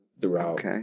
throughout